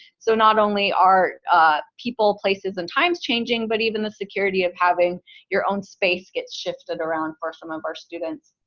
so not only are people, places and times changing, but even the security of having your own space gets shifted around for some of our students.